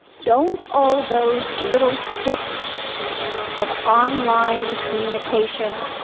don't all those little sips of online communication,